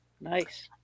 Nice